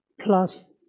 Plus